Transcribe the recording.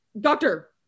Doctor